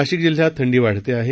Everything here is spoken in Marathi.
नाशिक जिल्ह्यात थंडी वाढत आहे